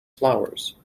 flowers